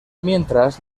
mientras